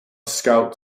scout